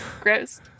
Gross